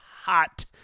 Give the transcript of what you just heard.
hot